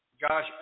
Josh